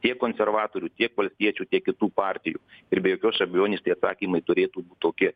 tiek konservatorių tiek valstiečių tiek kitų partijų ir be jokios abejonės tie atsakymai turėtų būt tokie